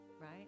right